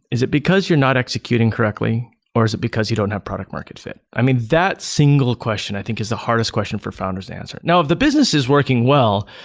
is it because you're not executing correctly or is it because you don't have product market fit? i mean, that single question i think is the hardest question for founders to answer. now if the business is working well,